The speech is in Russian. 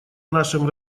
нашем